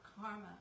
karma